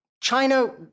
China